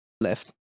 left